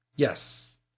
Yes